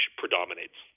predominates